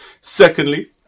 Secondly